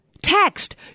Text